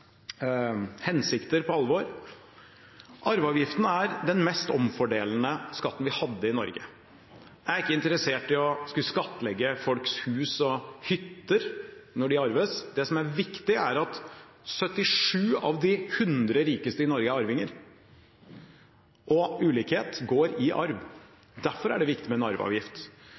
hensikter på alvor. Arveavgiften er den mest omfordelende skatten vi hadde i Norge. Jeg er ikke interessert i å skulle skattlegge folks hus og hytter når de arves. Det som er viktig, er at 77 av de 100 rikeste i Norge er arvinger, og ulikhet går i arv. Derfor er det viktig med en